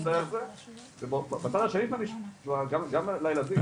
והצד השני של המשוואה גם לילדים,